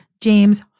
James